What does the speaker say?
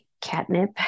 catnip